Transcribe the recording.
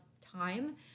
time